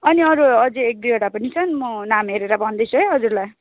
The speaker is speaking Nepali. अनि अरूअझै एक दुईवटा पनि छन् म नाम हेरेर भन्दैछु है हजुरलाई